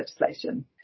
legislation